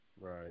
Right